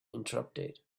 interrupted